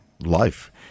life